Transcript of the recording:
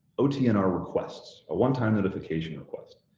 otn are requests, a one-time notification request.